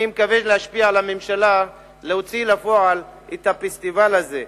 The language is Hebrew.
אני מקווה להשפיע על הממשלה להוציא לפועל את הפסטיבל הזה.